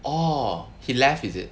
orh he left is it